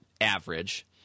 average